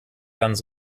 auf